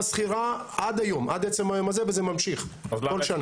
סחירה עד עצם היום הזה וזה ממשיך כל שנה.